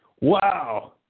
wow